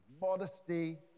modesty